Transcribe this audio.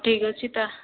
ଠିକ ଅଛି ତା